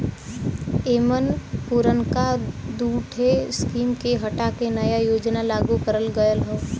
एमन पुरनका दूठे स्कीम के हटा के नया योजना लागू करल गयल हौ